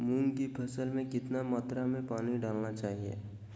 मूंग की फसल में कितना मात्रा में पानी डालना चाहिए?